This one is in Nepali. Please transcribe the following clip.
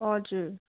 हजुर